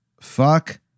fuck